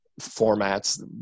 formats